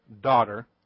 daughter